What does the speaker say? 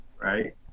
right